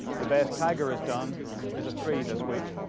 the best tiger has done is a three this week,